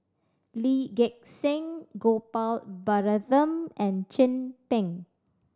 Lee Gek Seng Gopal Baratham and Chin Peng